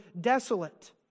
desolate